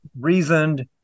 reasoned